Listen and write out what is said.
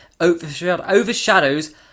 overshadows